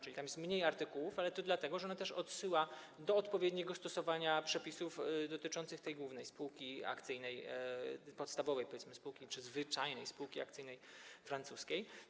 Czyli tam jest mniej artykułów, ale to dlatego, że ona też odsyła do odpowiedniego stosowania przepisów dotyczących tej głównej spółki akcyjnej, powiedzmy, podstawowej spółki czy zwyczajnej spółki akcyjnej francuskiej.